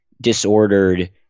disordered